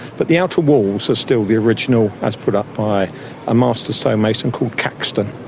but the outer walls are still the original as put up by a master stonemason called caxton.